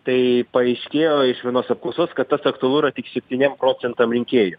tai paaiškėjo iš vienos apklausos kad tas aktualu yra tik septyniem procentam rinkėjų